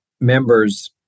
members